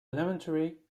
elementary